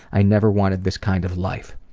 i never wanted this kind of life.